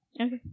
Okay